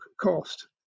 cost